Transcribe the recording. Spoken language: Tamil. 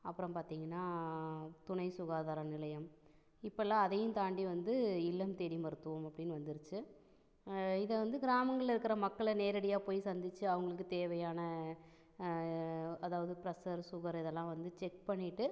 அப்புறம் பார்த்திங்கனா துணை சுகாதார நிலையம் இப்போ எல்லாம் அதையும் தாண்டி வந்து இல்லம் தேடி மருத்துவம் அப்படின் வந்துருச்சு இதை வந்து கிராமங்களில் இருக்கிற மக்கள நேரடியாக போய் சந்திச்சு அவங்களுக்கு தேவையான அதாவது ப்ரஷ்ஷர் சுகர் இதெல்லாம் வந்து செக் பண்ணிவிட்டு